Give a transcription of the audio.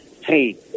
hey